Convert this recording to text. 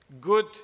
good